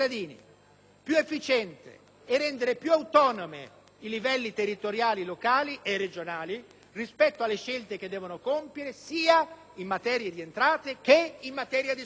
significa rendere più autonomi i livelli territoriali locali e regionali rispetto alle scelte che devono compiere sia in materia di entrate, sia in materia di spese.